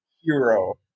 hero